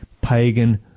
pagan